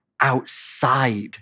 outside